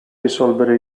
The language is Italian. risolvere